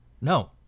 No